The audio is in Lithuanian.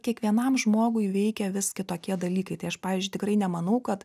kiekvienam žmogui veikia vis kitokie dalykai tai aš pavyzdžiui tikrai nemanau kad